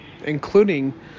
including